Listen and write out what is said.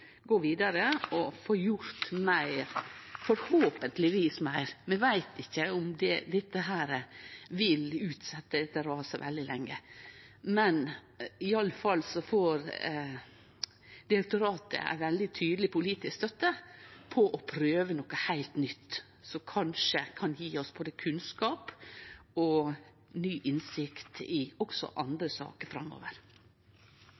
gå vidare og få gjort meir – forhåpentlegvis meir. Vi veit ikkje om dette vil utsetje dette raset så veldig lenge, men direktoratet får i alle fall ei veldig tydelig politisk støtte til å prøve noko heilt nytt, som kanskje kan gje oss både kunnskap og ny innsikt i også